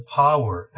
power